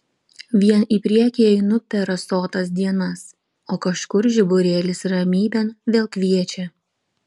vien į priekį einu per rasotas dienas o kažkur žiburėlis ramybėn vėl kviečia